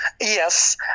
Yes